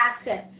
assets